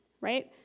right